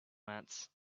mats